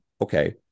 Okay